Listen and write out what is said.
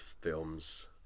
films